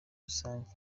rusange